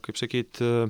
kaip sakyt